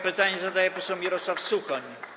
Pytanie zadaje poseł Mirosław Suchoń.